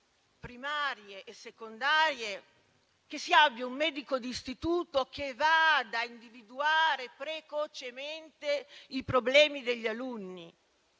primarie e secondarie si abbia un medico di istituto che vada a individuare precocemente i problemi degli alunni;